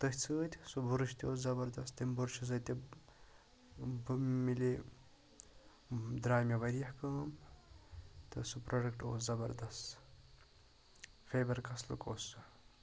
تٔتھۍ سۭتۍ سُہ بُرُش تہِ اوس زَبَردَس تمہِ بُرشہِ سۭتۍ تہِ مِلے درٛایہِ مےٚ واریاہ کٲم تہٕ سُہ پروڈَکٹ اوس زَبَردَس فیبَر کَسلُک اوس سُہ